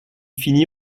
finit